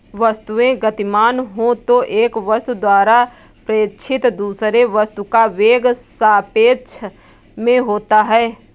वस्तुएं गतिमान हो तो एक वस्तु द्वारा प्रेक्षित दूसरे वस्तु का वेग सापेक्ष में होता है